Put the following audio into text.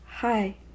Hi